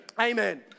Amen